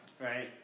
right